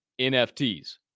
NFTs